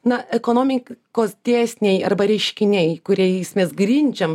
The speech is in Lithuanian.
na ekonomikos dėsniai arba reiškiniai kuriais mes grindžiam